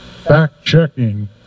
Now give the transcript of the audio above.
Fact-checking